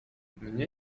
mnie